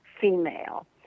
female